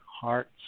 hearts